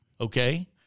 Okay